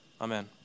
Amen